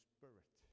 Spirit